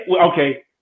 Okay